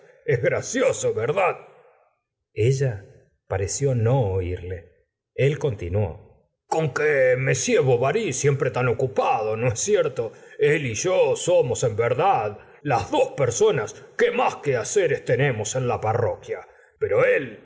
es gracioso verdad ella pareció no irle el continuó ccinque m bovary siempre tan ocupado no es cierto el y yo somos en verdad las dos pérsonas que más quehaceres tenemos en la parroquia pero él